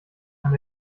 kann